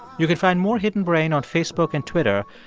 you can find more hidden brain on facebook and twitter.